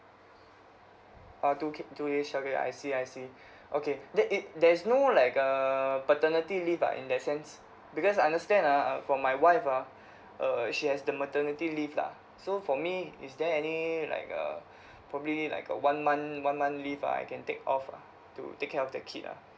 ah two day two day childcare I see I see okay that it there's no like err paternity leave ah in that sense because understand ah from my wife ah uh she has the maternity leave lah so for me is there any like uh probably like a one month one month leave I can take off to take care of the kid ah